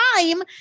time